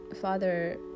Father